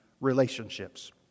relationships